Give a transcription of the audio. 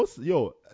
yo